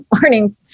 morning